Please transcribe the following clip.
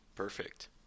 perfect